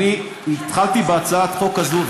התחלתי בהצעת החוק הזאת,